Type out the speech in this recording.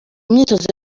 myitozo